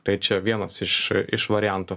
tai čia vienas iš iš variantų